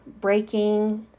breaking